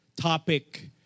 topic